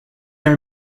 are